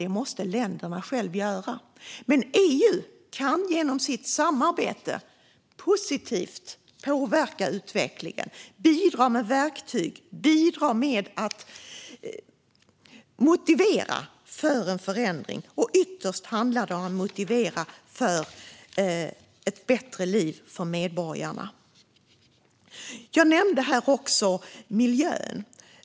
Det måste länderna i stället göra själva. EU kan dock genom sitt samarbete påverka utvecklingen positivt. Man kan bidra med verktyg och motivation för en förändring. Ytterst handlar det om motivation att skapa ett bättre liv för medborgarna. Jag nämnde även miljön.